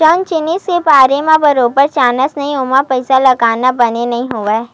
जउन जिनिस के बारे म बरोबर जानस नइ ओमा पइसा लगाना बने नइ होवय